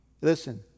Listen